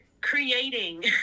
creating